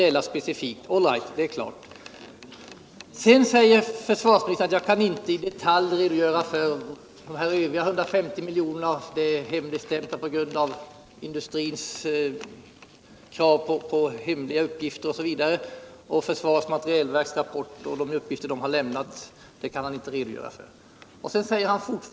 Men de övriga 150 miljonerna säger sig försvarsministern inte kunna redogöra för. Det skulle vara hemligstämplat på grund av industrins krav när det gäller hemliga uppgifter osv. Försvarsministern kan inte heller redogöra för försvarets materielverks rapport eller för de uppgifter man där har lämnat.